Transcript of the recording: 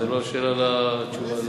אבל זו לא שאלה לתשובה הזאת,